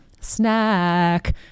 Snack